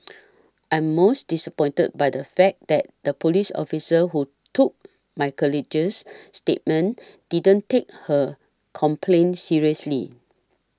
I'm most disappointed by the fact that the police officer who took my colleague's statement didn't take her complaint seriously